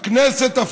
משהו גדול קורה פה,